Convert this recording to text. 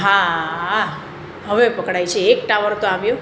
હાઆ હવે પકડાય છે એક ટાવર તો આવ્યો